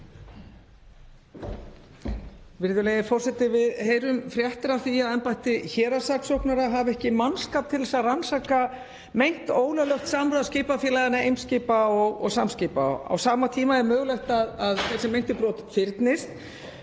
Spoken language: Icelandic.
Virðulegi forseti. Við heyrum fréttir af því að embætti héraðssaksóknara hafi ekki mannskap til að rannsaka meint ólöglegt samráð skipafélaganna Eimskips og Samskipa. Á sama tíma er mögulegt að þessi meintu brot fyrnist.